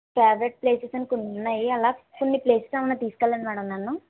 project places అని కొన్ని ఉన్నాయి అలా చిన్న ప్లేసెస్ ఏమైనా తీసుకెళ్ళండి మేడం నన్ను